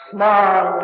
Small